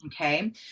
Okay